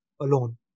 alone